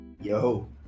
Yo